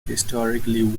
historically